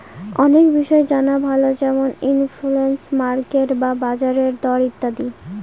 অনেক বিষয় জানা ভালো যেমন ইনফ্লেশন, মার্কেট বা বাজারের দর ইত্যাদি